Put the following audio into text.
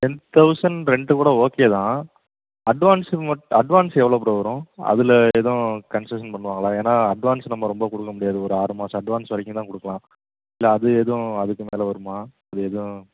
ten thousand rent கூட okay தான் அட்வான்ஸுக்கு மட் அட்வான்ஸு எவ்வளோ ப்ரோ வரும் அதில் எதுவும் கன்செஷன் பண்ணுவாங்களா ஏன்னால் அட்வான்ஸு நம்ம ரொம்ப கொடுக்க முடியாது ஒரு ஆறு மாதம் அட்வான்ஸ் வரைக்கும் தான் கொடுக்கலாம் இல்லை அது எதுவும் அதுக்கு மேலே வருமா இல்லை எதுவும்